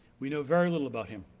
we know very little about him.